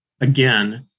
Again